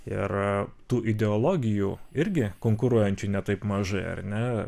ir tų ideologijų irgi konkuruojančių ne taip mažai ar ne